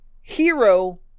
Hero